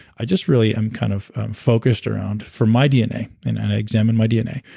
i just really am kind of focused around for my dna, and and examine my dna.